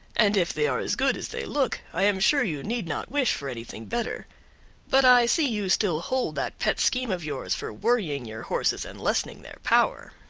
and if they are as good as they look i am sure you need not wish for anything better but i see you still hold that pet scheme of yours for worrying your horses and lessening their power.